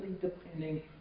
depending